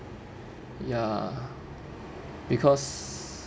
ya because